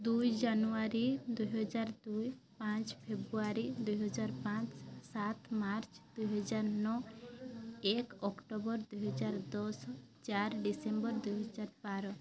ଦୁଇ ଜାନୁଆରୀ ଦୁଇ ହଜାର ଦୁଇ ପାଞ୍ଚ ଫେବୃଆରୀ ଦୁଇ ହଜାର ପାଞ୍ଚ ସାତ ମାର୍ଚ୍ଚ ଦୁଇ ହଜାର ନଅ ଏକ ଅକ୍ଟୋବର ଦୁଇ ହଜାର ଦଶ ଚାରି ଡିସେମ୍ବର ଦୁଇ ହଜାର ବାର